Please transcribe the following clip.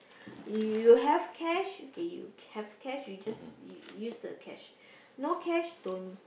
you have cash okay you have cash you just u~ use the cash no cash don't